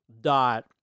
dot